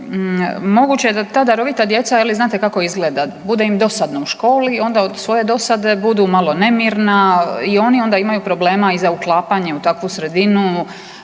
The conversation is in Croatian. moguće je da ta darovita djeca je li znate kako izgleda, bude im dosadno u školi i onda od svoje dosade budu malo nemirna i oni onda imaju problema i za uklapanjem u takvu sredinu,